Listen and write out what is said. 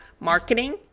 marketing